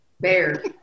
Bear